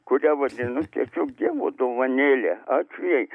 kurią vadinu tiesiog dievo dovanėle ačiū jai